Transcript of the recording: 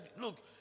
look